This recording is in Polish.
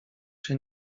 się